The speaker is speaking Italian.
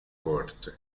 porte